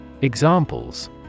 Examples